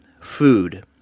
food